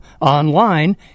online